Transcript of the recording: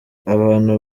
abantu